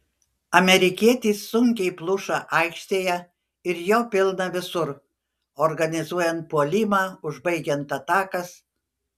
amerikietis sunkiai pluša aikštėje ir jo pilna visur organizuojant puolimą užbaigiant atakas